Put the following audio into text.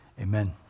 Amen